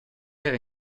era